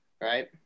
Right